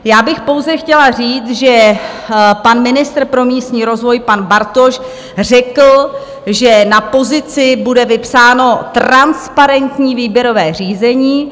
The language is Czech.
Já bych pouze chtěla říct, že pan ministr pro místní rozvoj pan Bartoš řekl, že na pozici bude vypsáno transparentní výběrové řízení.